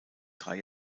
drei